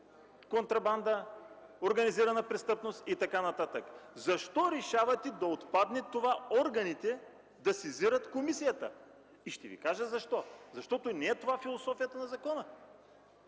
контрабанда, организирана престъпност и така нататък. Защо решавате да отпадне „органите да сезират комисията”? Ще Ви кажа защо: защото това не е философията на закона.